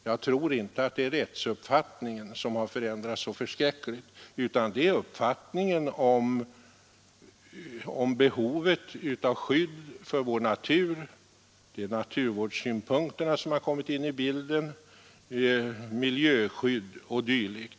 Jag tror inte att det är rättsuppfattningen som har förändrats utan det är uppfattningen om behovet av skydd för vår natur. Det är naturvårdssynpunkterna som har kommit in i bilden — miljöskydd o. d.